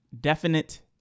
definite